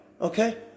Okay